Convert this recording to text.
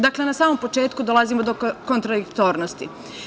Dakle, na samom početku dolazimo do kontradiktornosti.